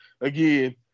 again